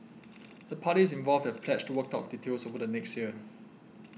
the parties involved have pledged to work out details over the next year